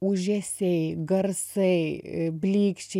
ūžesiai garsai blyksčiai